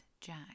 Jack